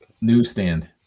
newsstand